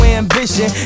ambition